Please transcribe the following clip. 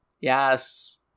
yes